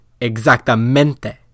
exactamente